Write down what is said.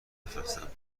بفرستم